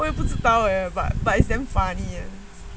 我也不知道 but but is damn funny